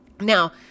Now